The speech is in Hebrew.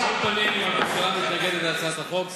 על כל פנים, הממשלה מתנגדת להצעת החוק.